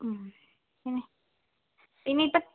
പിന്നെ പിന്നെ ഇപ്പോൾ